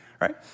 right